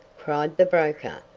cried the broker,